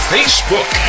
Facebook